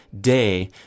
day